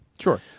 Sure